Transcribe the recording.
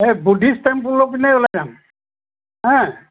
এই বুদ্ধিষ্ট টেম্পোলৰ পিনেই ওলাই যাম হেঁ